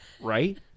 Right